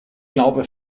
glaube